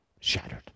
Shattered